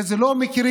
הרי זה לא מקרי,